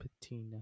Patina